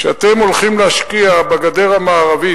כשאתם הולכים להשקיע בגדר המערבית,